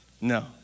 No